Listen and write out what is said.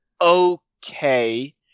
okay